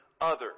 others